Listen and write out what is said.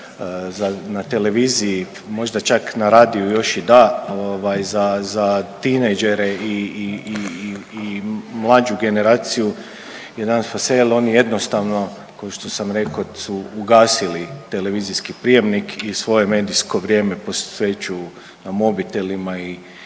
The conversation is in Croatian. na televiziji, možda čak na radiju još i da za tinejdžere i mlađu generaciju je danas pase, jer oni jednostavno kao što sam rekao ugasili televizijski prijemnik i svoje medijsko vrijeme posvećuju mobitelima i